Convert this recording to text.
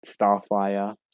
Starfire